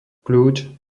kľúč